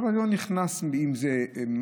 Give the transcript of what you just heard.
עכשיו אני לא נכנס לשאלה אם זה משהו,